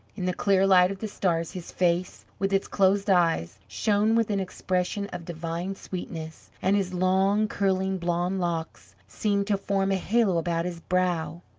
in the clear light of the stars, his face, with its closed eyes, shone with an expression of divine sweetness, and his long, curling, blond locks seemed to form a halo about his brow.